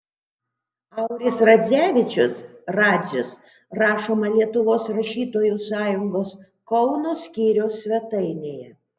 auris radzevičius radzius rašoma lietuvos rašytojų sąjungos kauno skyriaus svetainėje